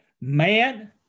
man